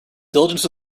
diligence